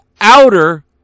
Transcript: outer